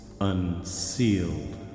unsealed